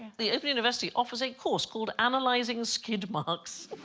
the open university offers a course called analyzing skid marks